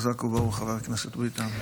חזק וברוך, חבר הכנסת ביטן.